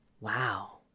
wow